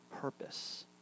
purpose